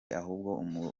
ahubwo